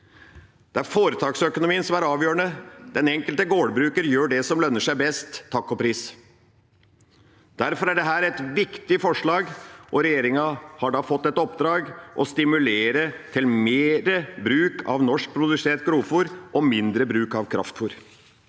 Det er foretaksøkonomien som er avgjørende. Den enkelte gårdbruker gjør det som lønner seg best, takk og pris. Derfor er dette et viktig forslag, og regjeringa har da fått et oppdrag: å stimulere til mer bruk av norskprodusert grovfôr og mindre bruk av kraftfôr.